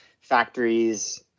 factories